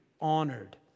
honored